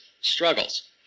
struggles